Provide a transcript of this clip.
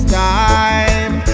time